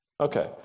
Okay